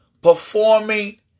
performing